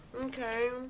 Okay